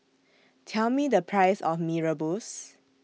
Tell Me The Price of Mee Rebus